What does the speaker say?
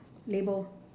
label